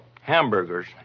hamburgers